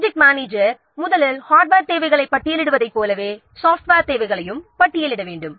project manager முதலில் hardware தேவைகளைப் பட்டியலிடுவதைப் போலவே சாஃப்ட்வேர் தேவைகளையும் பட்டியலிட வேண்டும்